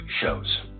shows